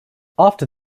after